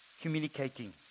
communicating